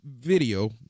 video